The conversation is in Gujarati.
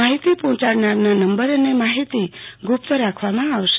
માહિતી પહોંચાડનારના નંબર અને માહિતી ગુપ્ત રાખવામાં આવશે